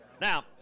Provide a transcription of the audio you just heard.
Now